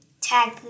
tag